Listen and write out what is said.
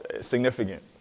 significant